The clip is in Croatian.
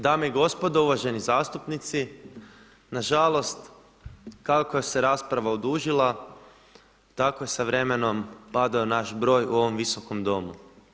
Dame i gospodo, uvaženi zastupnici nažalost kako se rasprava odužila tako je s vremenom padao naš broj u ovom visokom Domu.